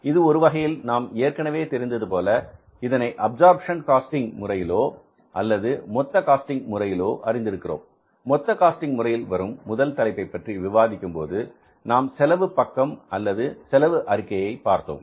இது ஒருவகையில் நாம் ஏற்கனவே தெரிந்தது போல இதனை அப்சர்ப்ஷன் காஸ்டிங் முறையிலோ அல்லது மொத்த காஸ்டிங் முறையிலோ அறிந்திருக்கிறோம் மொத்த காஸ்டிங் முறையில் வரும் முதல் தலைப்பை பற்றி விவாதிக்கும்போது நாம் செலவு பக்கம் அல்லது செலவு அறிக்கையை பார்த்தோம்